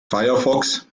firefox